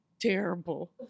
Terrible